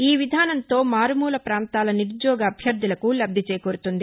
ఈ విధానంతో మారుమూల పాంతాల నిరుద్యోగ అభ్యర్దలకు లబ్ది చేకూరుతుంది